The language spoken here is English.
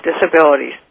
disabilities